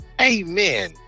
Amen